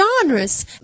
genres